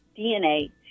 dna